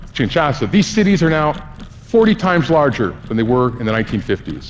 kinshasa, these cities are now forty times larger than they were in the nineteen fifty s.